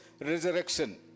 resurrection